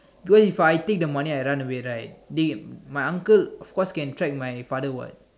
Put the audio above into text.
because if I take the money I run away right they my uncle of course can track my father what